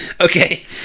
Okay